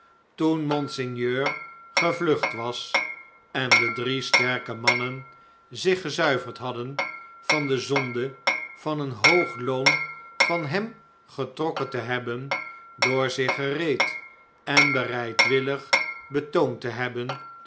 toen monseigneur gevlucht was en de drie sterke mannen zich gezuiverd hadden van de zonde van een hoog loon van hem getrokken te hebben door zich gereed en bereidwillig betoond te hebben